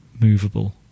movable